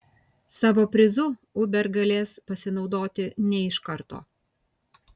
savo prizu uber galės pasinaudoti ne iš karto